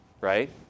right